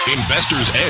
Investors